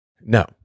No